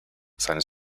seines